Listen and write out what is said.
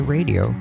Radio